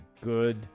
good